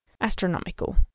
astronomical